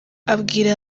abwira